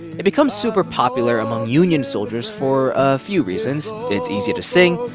it becomes super popular among union soldiers for a few reasons. it's easier to sing.